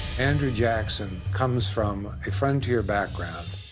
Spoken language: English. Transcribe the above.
andrew jackson comes from a frontier background.